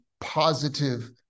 positive